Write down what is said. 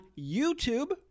YouTube